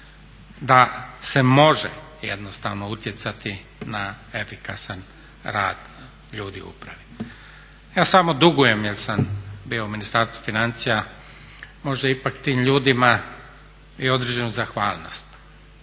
da se može jednostavno utjecati na efikasan rad ljudi u upravi. Ja samo dugujem, jer sam bio u Ministarstvu financija možda ipak tim ljudima i određenu zahvalnost.